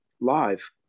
live